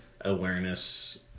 awareness